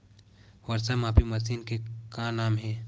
वर्षा मापी मशीन के का नाम हे?